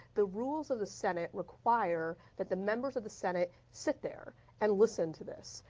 the rules of the senate require that the members of the senate sit there and listen to this.